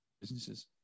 businesses